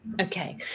Okay